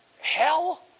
hell